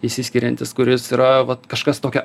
išsiskiriantis kuris yra vat kažkas tokio